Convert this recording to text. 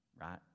Right